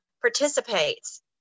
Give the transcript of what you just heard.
participates